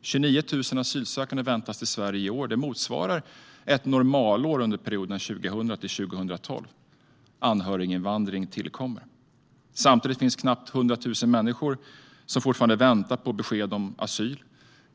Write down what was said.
29 000 asylsökande till Sverige, vilket motsvarar ett normalår under perioden 2000-2012. Anhöriginvandring tillkommer. Samtidigt finns knappt 100 000 människor som fortfarande väntar på besked om asyl.